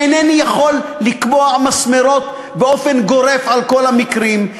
אינני יכול לקבוע מסמרות באופן גורף על כל המקרים.